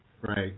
right